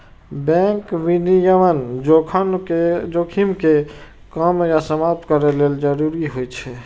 bank विनियमन जोखिम कें कम या समाप्त करै लेल जरूरी होइ छै